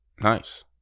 Nice